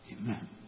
Amen